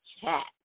Chat